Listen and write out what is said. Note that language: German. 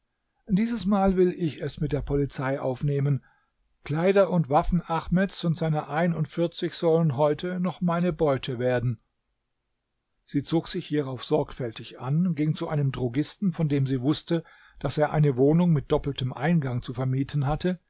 dieses mal will ich es mit der polizei aufnehmen kleider und waffen ahmeds und seiner einundvierzig sollen heute noch meine beute werden sie zog sich hierauf sorgfältig an ging zu einem drogisten von dem sie wußte daß er eine wohnung mit doppeltem eingang zu vermieten hatte